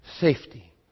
Safety